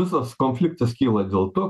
visas konfliktas kyla dėl to